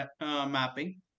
mapping